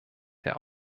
der